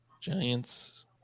Giants